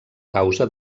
causa